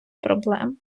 проблем